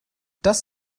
das